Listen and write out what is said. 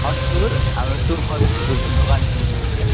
हजुर